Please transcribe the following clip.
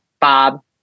Bob